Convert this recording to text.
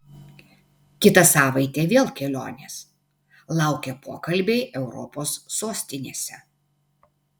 kitą savaitę vėl kelionės laukia pokalbiai europos sostinėse